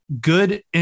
good